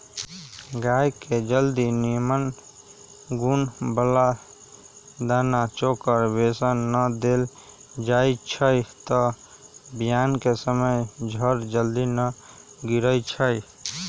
गाय के जदी निम्मन गुण बला दना चोकर बेसन न देल जाइ छइ तऽ बियान कें समय जर जल्दी न गिरइ छइ